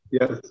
Yes